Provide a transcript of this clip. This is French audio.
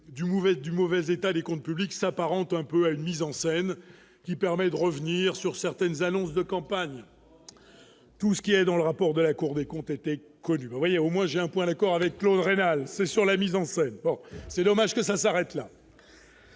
du mauvais état des comptes publics s'apparente un peu à une mise en scène qui permet de revenir sur certaines annonces de campagne tout ce qui est dans le rapport de la Cour des comptes étaient connu mais voyez au moi j'ai un point d'accord avec Claude rénal c'est sur la mise en scène, c'est dommage que ça s'arrête là.